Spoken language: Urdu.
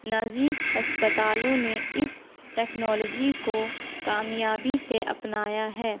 نجی ہسپتالوں نے اس ٹیکنالوجی کو کامیابی سے اپنایا ہے